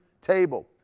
table